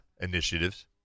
initiatives